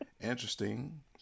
interesting